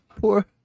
Poor